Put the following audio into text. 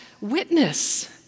witness